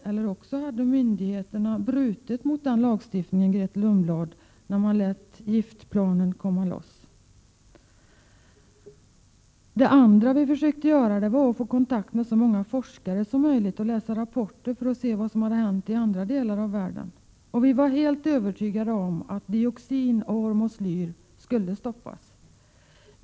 Eller också hade myndigheterna brutit mot den lagstiftningen, Grethe Lundblad, när man lät giftplanen gå loss. Vi försökte vidare få kontakt med så många forskare som möjligt och läsa rapporter för att se vad som hade hänt i andra delar av världen. Vi var helt övertygade om att dioxin och hormoslyr skulle stoppas.